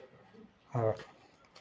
और